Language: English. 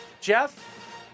Jeff